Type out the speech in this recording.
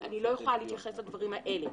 אני לא יכולה להתייחס לדברים האלה,